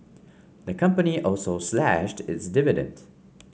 the company also slashed its dividend